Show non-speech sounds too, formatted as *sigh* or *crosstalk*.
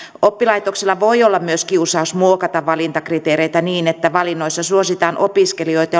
oppilaitoksella voi olla myös kiusaus muokata valintakriteereitä niin että valinnoissa suositaan opiskelijoita *unintelligible*